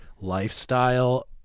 lifestyle